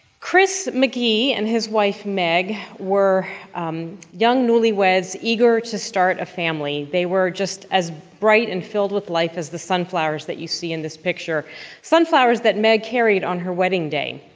chris mckee and his wife meg were young newlyweds eager to start a family. they were just as bright and filled with life as the sunflowers that you see in this picture sunflowers that meg carried on her wedding day.